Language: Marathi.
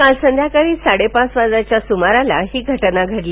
काल सायंकाळी साडेपाच वाजण्याच्या सुमारास ही घटना घडली